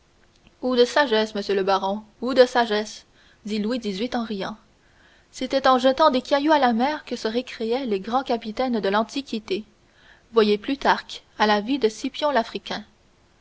ou de sagesse monsieur le baron ou de sagesse dit louis xviii en riant c'était en jetant des cailloux à la mer que se récréaient les grands capitaines de l'antiquité voyez plutarque à la vie de scipion l'africain